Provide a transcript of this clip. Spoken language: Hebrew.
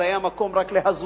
זה היה מקום רק להזויים,